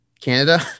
canada